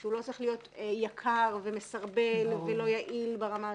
שהוא לא צריך להיות יקר ומסרבל ולא יעיל ברמה הזאת.